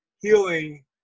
healing